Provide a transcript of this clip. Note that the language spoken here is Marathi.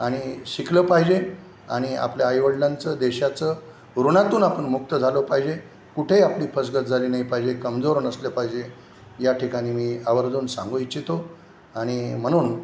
आणि शिकलं पाहिजे आणि आपल्या आईवडिलांचं देशाचं ऋणातून आपण मुक्त झालो पाहिजे कुठेही आपली फसगत झाली नाही पाहिजे कमजोर नसले पाहिजे या ठिकाणी मी आवर्जून सांगू इच्छितो आणि म्हणून